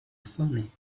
funny